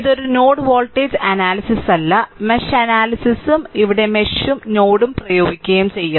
ഇതൊരു node voltage analysis അല്ല mesh അനാലിസിസും ഇവിടെ മെഷ് ഉം നോഡ് പ്രയോഗിക്കുകയും ചെയ്യും